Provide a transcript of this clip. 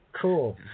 Cool